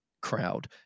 crowd